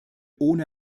ohne